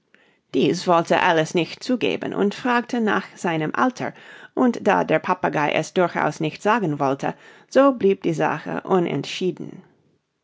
dies wollte alice nicht zugeben und fragte nach seinem alter und da der papagei es durchaus nicht sagen wollte so blieb die sache unentschieden